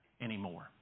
anymore